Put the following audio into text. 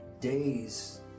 days